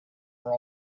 for